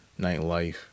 nightlife